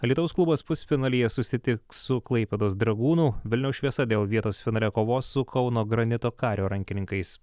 alytaus klubas pusfinalyje susitiks su klaipėdos dragūnu vilniaus šviesa dėl vietos finale kovos su kauno granito kario rankininkais